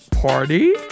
Party